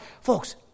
folks